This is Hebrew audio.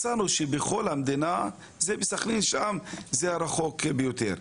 מצאנו שבכל המדינה בסכנין זה הרחוק ביותר.